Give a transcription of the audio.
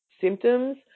symptoms